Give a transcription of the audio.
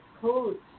codes